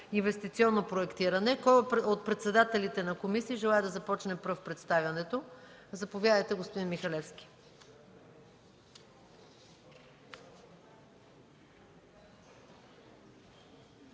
инвестиционно проектиране. Кой от председателите на комисиите желае да започне пръв представянето? Заповядайте, господин Михалевски.